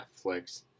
Netflix